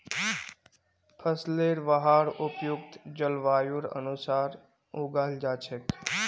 फसलेर वहार उपयुक्त जलवायुर अनुसार उगाल जा छेक